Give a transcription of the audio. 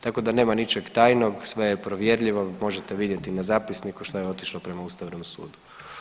Tako da nema ničeg tajnog, sve je provjerljivo, možete vidjeti na zapisniku što je otišlo prema Ustavnom sudu.